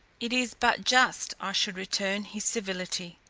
it is but just i should return his civility.